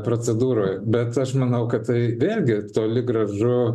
procedūroj bet aš manau kad tai vėlgi toli gražu